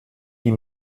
die